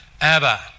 Abba